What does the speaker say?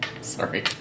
Sorry